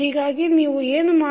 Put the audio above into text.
ಹೀಗಾಗಿ ನೀವು ಏನು ಮಾಡುವಿರಿ